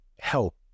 help